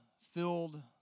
filled